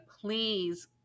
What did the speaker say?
please